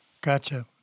Gotcha